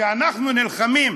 כשאנחנו נלחמים,